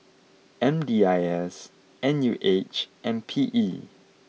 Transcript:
M D I S N U H and P E